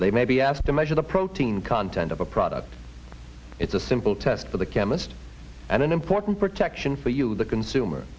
they may be asked to measure the protein content of a product it's a simple test for the chemist and an important protection for you the consumer